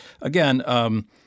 again